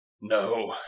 No